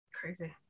Crazy